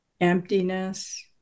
emptiness